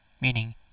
Meaning